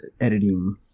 editing